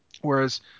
Whereas